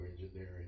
engineering